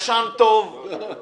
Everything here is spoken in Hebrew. התוספת ה-15.